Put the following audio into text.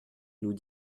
nous